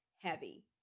heavy